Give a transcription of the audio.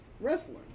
wrestling